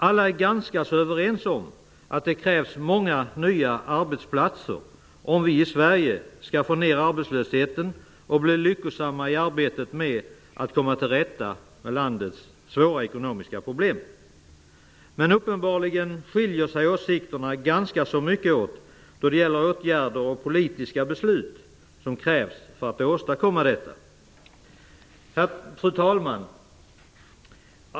Alla är ganska så överens om att det krävs många nya arbetsplatser om vi i Sverige skall få ner arbetslösheten och bli lyckosamma i arbetet med att komma till rätta med landets svåra ekonomiska problem. Men uppenbarligen skiljer sig åsikterna mycket åt när det gäller åtgärder och vilka politiska beslut som krävs för att åstadkomma detta. Fru talman!